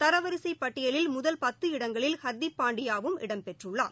தரவரிசைப் பட்டியலில் முதல் பத்து இடங்களில் ஹர்திப் பாண்டியாவும் இடம்பெற்றுள்ளார்